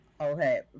Okay